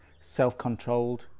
self-controlled